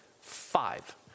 five